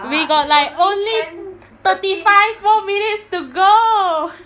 we got like only thirty five more minutes to go